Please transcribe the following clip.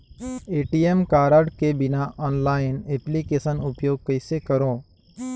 ATM card के बिना online application उपयोग कइसे करो?